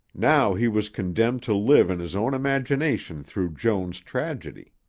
now he was condemned to live in his own imagination through joan's tragedy.